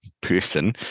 person